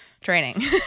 Training